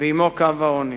ועמו קו העוני.